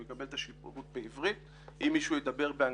הוא יקבל את השירות בעברית ואם מישהו דבר באנגלית,